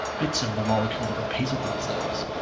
bits of the molecule that repeated themselves.